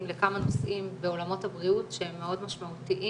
לכמה נושאים בעולמות הבריאות שהם מאוד משמעותיים